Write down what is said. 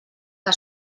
que